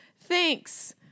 Thanks